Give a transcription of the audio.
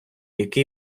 який